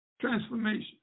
transformation